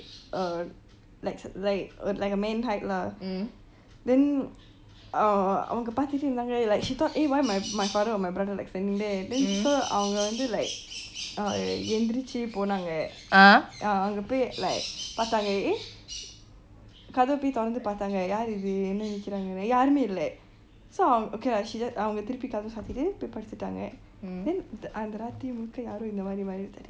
uh like like a ஒரு:oru man height lah then uh அவங்க பார்த்துட்டே இருந்தாங்க:avaanga paathute irunthaaga like she thought eh why my father or my brother like standing there then so அவங்க வந்து:avaanga vantu like எந்திரிச்சு போனாங்க அங்க போய்:enthirichu ponaanga anga poi like பார்த்தாங்க:paartanga eh கதவை போய் தொரந்து பார்த்தாங்க யார் இது என்னா நிக்குராங்க:kathava poi thoranthu paartanga yaar itu enna nikuraanga so அவங்க:avanga okay lah she just அவங்க திருப்பி கதவை சாத்திட்டு போய் படுத்துடாங்க :avaanga thiripu kathava saatitu poi padututaanga then அந்த ராத்திரி unk:anta raatiri